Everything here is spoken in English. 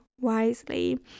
wisely